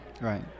Right